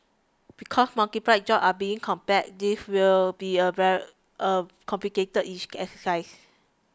because multiple jobs are being compared this will be a a complicated each exercise